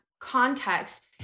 context